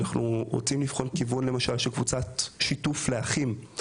אנחנו רוצים לבחון למשל כיוון של קבוצת שיתוף לאחים.